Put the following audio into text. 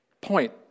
point